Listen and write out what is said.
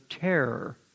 terror